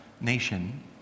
nation